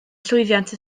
llwyddiant